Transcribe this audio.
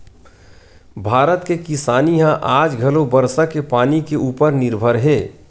भारत के किसानी ह आज घलो बरसा के पानी के उपर निरभर हे